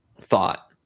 thought